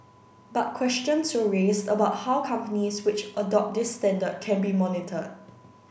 but questions were raised about how companies which adopt this standard can be monitored